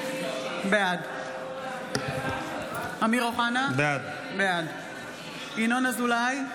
בעד אמיר אוחנה, בעד ינון אזולאי,